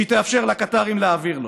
שהיא תאפשר לקטארים להעביר לו.